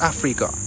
Africa